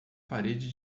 parede